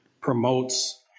promotes